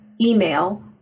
email